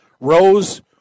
Rose